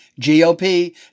GOP